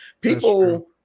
People